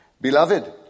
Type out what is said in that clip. Beloved